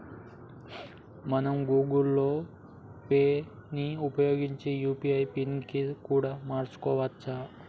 మనం Google Pay ని ఉపయోగించి యూ.పీ.ఐ పిన్ ని కూడా మార్చుకోవచ్చు